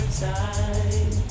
time